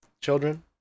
Children